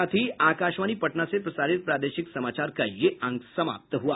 इसके साथ ही आकाशवाणी पटना से प्रसारित प्रादेशिक समाचार का ये अंक समाप्त हुआ